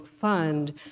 fund